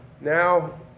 now